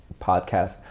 podcast